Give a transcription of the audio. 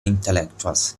intellectuals